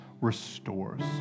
restores